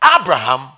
Abraham